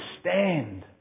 stand